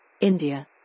India